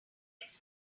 alex